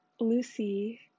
Lucy